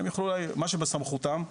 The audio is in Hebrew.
מה שבסמכותם.